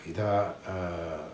给他 err